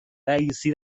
رییسی